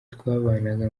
twabanaga